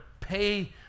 pay